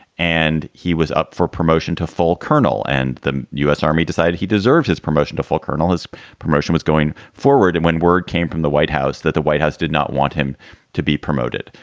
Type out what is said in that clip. and he was up for promotion to full colonel. and the u s. army decided he deserved his promotion to full colonel. his promotion was going forward. and when word came from the white house that the white house did not want him to be promoted.